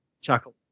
Chuckle